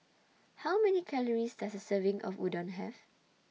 How Many Calories Does A Serving of Udon Have